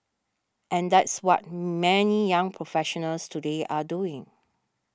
and that's what many young professionals today are doing